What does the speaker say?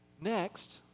Next